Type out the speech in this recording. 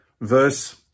Verse